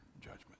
judgment